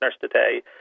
today